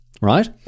right